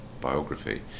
biography